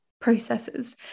processes